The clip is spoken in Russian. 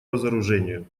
разоружению